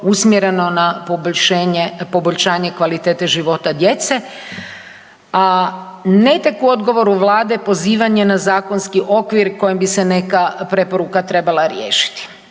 usmjereno na poboljšanje kvalitete života djece, a ne tek u odgovoru Vlade pozivanje na zakonski okvir kojim bi se neka preporuka trebala riješiti.